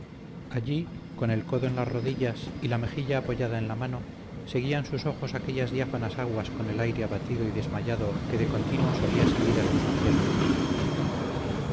allí con el codo en las rodillas y la mejilla apoyada en la mano seguían sus ojos aquellas diáfanas aguas con el aire abatido y desmayado que de continuo solía seguir a sus accesos más vivos